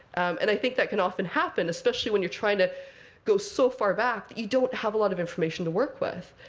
and i think that can often happen, especially when you're trying to go so far back that you don't have a lot of information to work with.